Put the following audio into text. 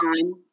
time